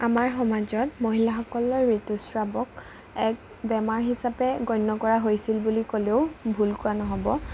আমাৰ সমাজত মহিলাসকলৰ ঋতুস্ৰাৱক এক বেমাৰ হিচাপে গণ্য কৰা হৈছিল বুলি ক'লেও ভুল কোৱা নহ'ব